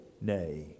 nay